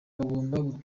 bagombaga